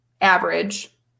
average